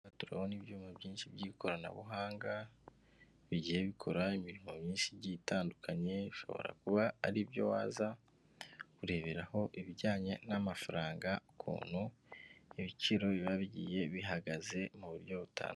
Aha ngaha turabonaho ibyuma byinshi by'ikoranabuhanga bigiye bikora imirimo myinshi itandukanye, ushobora kuba ari byo waza kureberaho ibijyanye n'amafaranga, ukuntu ibiciro biba bigiye bihagaze mu buryo butandukanye.